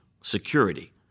security